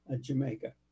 Jamaica